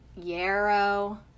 yarrow